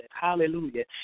hallelujah